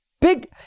Big